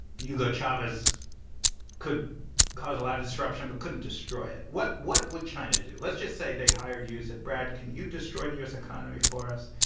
hugo chavez could cause a lot of disruption but couldn't destroy it. what what would china do? let's just say they hired you, said brad, can you destroy the u s. economy for us?